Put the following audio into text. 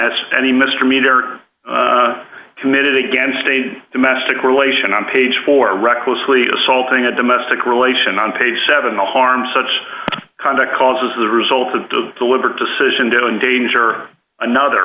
has any misdemeanor committed against a domestic relation on page four recklessly assaulting a domestic relation on page seven the harm such conduct causes the result of the delivered decision do in danger another